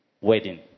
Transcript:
wedding